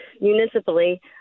municipally